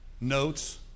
Notes